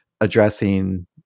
addressing